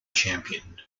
champion